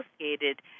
associated